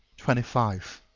twenty five.